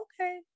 okay